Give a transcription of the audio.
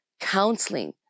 counseling